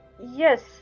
Yes